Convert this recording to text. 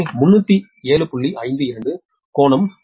எனவே 307